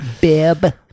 Bib